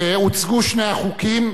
הוצגו שני החוקים.